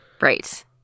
Right